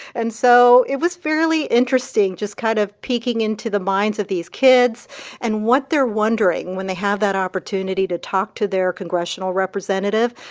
and so it was fairly interesting just kind of peeking into the minds of these kids and what they're wondering when they have that opportunity to talk to their congressional representative,